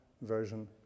version